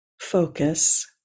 Focus